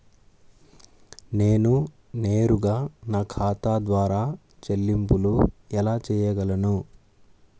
నేను నేరుగా నా ఖాతా ద్వారా చెల్లింపులు ఎలా చేయగలను?